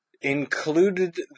included